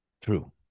True